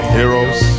heroes